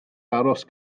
aros